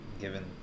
given